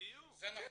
בדיוק.